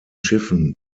schiffen